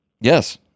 Yes